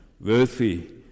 worthy